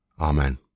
Amen